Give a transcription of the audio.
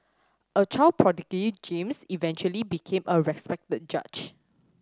a child prodigy James eventually became a respected judge